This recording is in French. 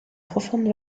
profonde